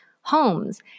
homes